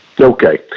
Okay